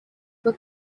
were